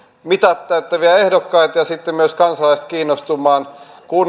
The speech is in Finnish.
mitat täyttäviä ehdokkaita ja sitten myös kansalaiset kiinnostumaan